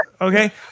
Okay